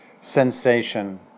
sensation